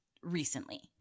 recently